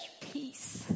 peace